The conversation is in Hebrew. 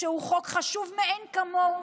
שהוא חוק חשוב מאין כמוהו,